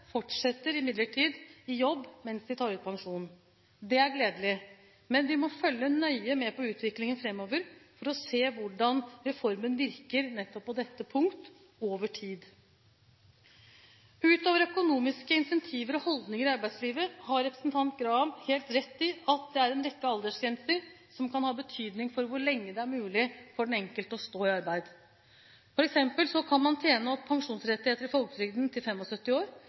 fortsetter imidlertid i jobb mens de tar ut pensjon. Det er gledelig, men vi må følge nøye med på utviklingen fremover for å se hvordan reformen virker nettopp på dette punkt over tid. Utover økonomiske incentiver og holdninger i arbeidslivet har representanten Graham helt rett i at det er en rekke aldersgrenser som kan ha betydning for hvor lenge det er mulig for den enkelte å stå i arbeid. For eksempel kan man tjene opp pensjonsrettigheter i folketrygden til 75 år,